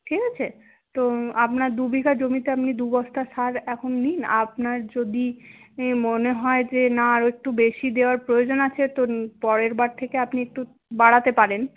ঠিক আছে তো আপনার দু বিঘা জমিতে আপনি দু বস্তা সার এখন নিন আপনার যদি মনে হয় যে না আরো একটু বেশি দেওয়ার প্রয়োজন আছে তো পরের বার থেকে আপনি একটু বাড়াতে পারেন